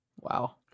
Wow